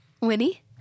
Winnie